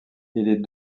les